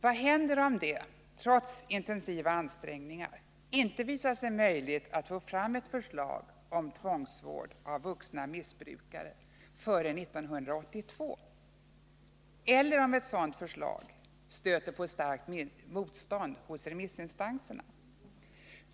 Vad händer om det — trots intensiva ansträngningar — inte visar sig möjligt att få fram ett förslag om tvångsvård av vuxna missbrukare före 1982? Eller, vad händer om ett sådant förslag stöter på starkt motstånd hos remissinstanserna?